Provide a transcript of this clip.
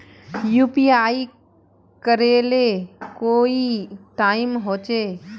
UPI करे ले कोई टाइम होचे?